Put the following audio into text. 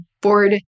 board